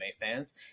fans